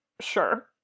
sure